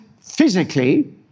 physically